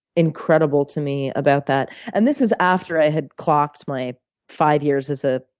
incredible to me about that and this was after i had clocked my five years as a